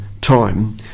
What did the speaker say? time